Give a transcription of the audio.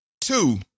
two